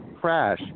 crash